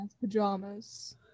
pajamas